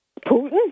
Putin